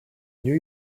new